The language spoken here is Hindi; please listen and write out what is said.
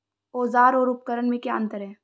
औज़ार और उपकरण में क्या अंतर है?